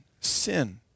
Sin